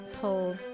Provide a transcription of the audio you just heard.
pull